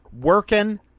working